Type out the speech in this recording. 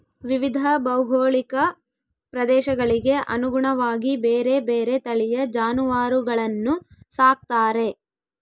ವಿವಿಧ ಭೌಗೋಳಿಕ ಪ್ರದೇಶಗಳಿಗೆ ಅನುಗುಣವಾಗಿ ಬೇರೆ ಬೇರೆ ತಳಿಯ ಜಾನುವಾರುಗಳನ್ನು ಸಾಕ್ತಾರೆ